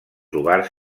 trobar